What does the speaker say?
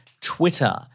Twitter